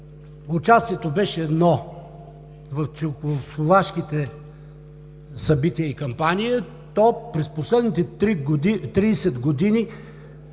участието беше едно – в Чехословашките събития и кампания. През последните 30 години